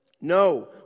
no